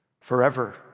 forever